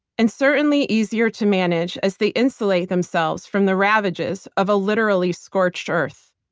and certainly easier to manage as they insulate themselves from the ravages of a literally scorched earth.